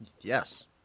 Yes